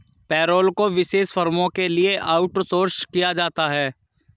payroll को विशेष फर्मों के लिए आउटसोर्स किया जाता है